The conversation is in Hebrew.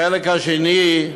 החלק השני,